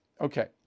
Okay